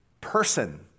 person